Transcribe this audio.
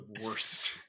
worst